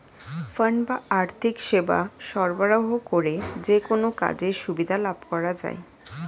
fund বা আর্থিক সেবা সরবরাহ করে যেকোনো কাজের সুবিধা লাভ করা যায়